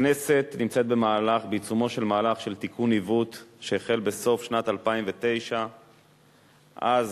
הכנסת נמצאת בעיצומו של מהלך של תיקון עיוות שהחל בסוף שנת 2009. אז